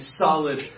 solid